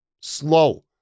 slow